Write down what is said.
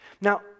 Now